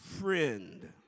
friend